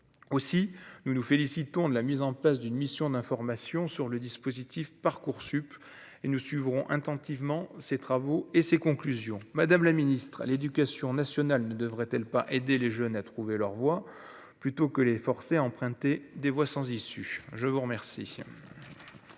aussi nous nous félicitons de la mise en place d'une mission d'information sur le dispositif Parcoursup et nous suivrons attentivement ses travaux et ses conclusions, Madame la Ministre, l'éducation nationale ne devrait-elle pas aider les jeunes à trouver leur voie plutôt que les forcer à emprunter des voies sans issue, je vous remercie.